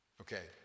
Okay